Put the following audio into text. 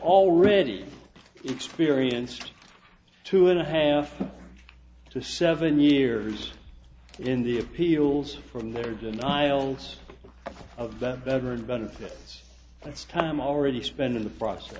already experienced two and a half to seven years in the appeals from their denials of the veterans benefits that's time already spent in the process